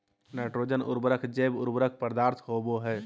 nitrogen उर्वरक जैव उर्वरक पदार्थ होबो हइ